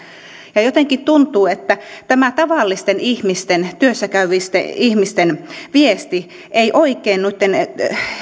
jotenkin tuntuu että tämä tavallisten ihmisten työssä käyvien ihmisten viesti ei oikein noitten